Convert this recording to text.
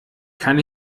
kann